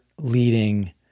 leading